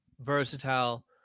versatile